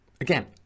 again